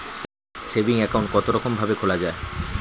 Saving account কতরকম ভাবে খোলা য়ায়?